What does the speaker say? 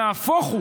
נהפוך הוא,